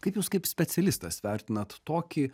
kaip jūs kaip specialistas vertinat tokį